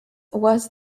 was